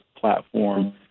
platform